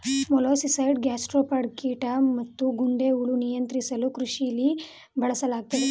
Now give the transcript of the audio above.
molluscicide gastropod ಕೀಟ ಮತ್ತುಗೊಂಡೆಹುಳು ನಿಯಂತ್ರಿಸಲುಕೃಷಿಲಿ ಬಳಸಲಾಗ್ತದೆ